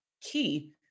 key